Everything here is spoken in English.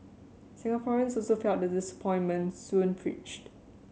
Singaporeans also felt the disappointment soon preached